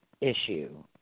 issue